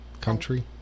country